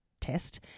test